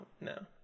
no